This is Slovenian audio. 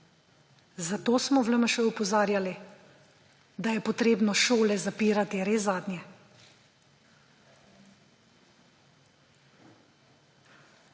Zato smo v LMŠ opozarjali, da je potrebno šole zapirati res zadnje.